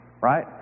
right